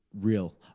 real